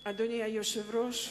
אדוני היושב-ראש,